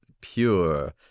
pure